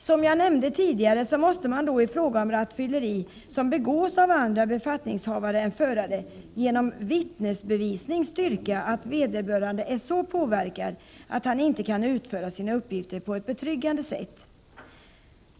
Som jag nämnde tidigare måste man i fråga om rattfylleri, som begås av andra befattningshavare än förare, genom vittnesbevisning styrka att vederbörande är så påverkad att han inte kan utföra sina uppgifter på ett betryggande sätt.